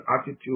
attitude